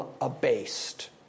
abased